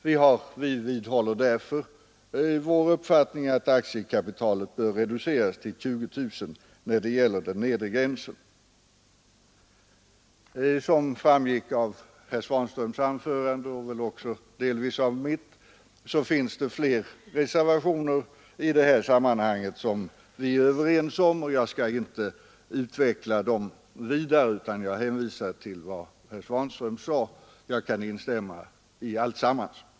Vi vidhåller därför vår uppfattning att den nedre gränsen för aktiekapitalet bör reduceras till 20 000 kronor. Som framgått av herr Svanströms anförande och delvis även av mitt finns det flera reservationer i detta sammanhang som vi är överens om. Jag skall inte utveckla dem vidare utan hänvisar till vad herr Svanström sade — jag kan instämma i det.